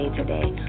today